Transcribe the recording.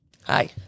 Hi